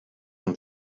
from